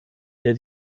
der